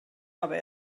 aber